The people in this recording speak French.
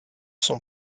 son